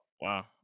Wow